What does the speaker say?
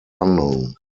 unknown